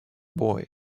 boy